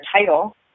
title